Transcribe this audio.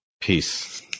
Peace